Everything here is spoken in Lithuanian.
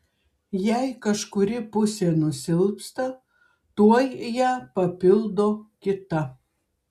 jei kažkuri pusė nusilpsta tuoj ją papildo kita